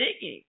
digging